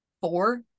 four